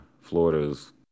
Florida's